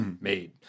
made